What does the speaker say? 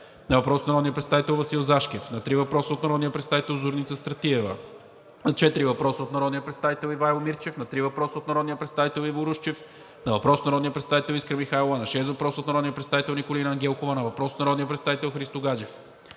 на въпрос от народния представител Васил Зашкев; на три въпроса от народния представител Зорница Стратиева; на четири въпроса от народния представител Ивайло Мирчев; на три въпроса от народния представител Иво Русчев; на въпрос от народния представител Искра Михайлова; на шест въпроса от народния представител Николина Ангелкова; на въпрос от народния представител Христо Гаджев;